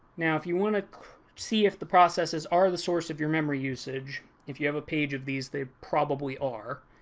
now, if you want to see if the processes are the source of your memory usage, if you have a page of these they probably are.